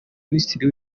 minisitiri